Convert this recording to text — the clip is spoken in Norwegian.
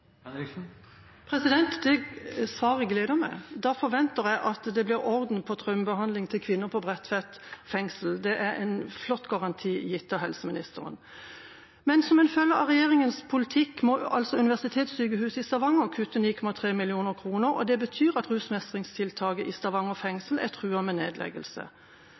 Det svaret gleder meg. Da forventer jeg at det blir orden på dette med traumebehandling til kvinner i Bredtveit fengsel. Det er en flott garanti gitt av helseministeren. Som en følge av regjeringas politikk må universitetssykehuset i Stavanger kutte 9,3 mill. kr, og det betyr at rusmestringstiltaket i Stavanger fengsel er truet med nedleggelse.